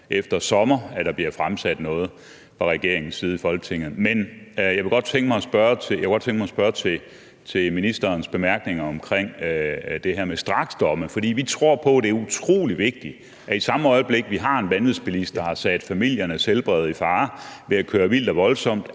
efter sommer, at der bliver fremsat noget fra regeringens side i Folketinget. Men jeg kunne godt tænke mig at spørge til ministerens bemærkning om det her med straksdomme, for vi tror på, at det er utrolig vigtigt, at man i samme øjeblik, vi har en vanvidsbilist, der har sat familiers helbred på spil ved at køre vildt og voldsomt,